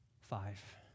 five